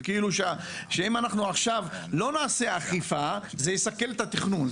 שאם הם עכשיו לא יעשו אכיפה זה יסכל את התכנון,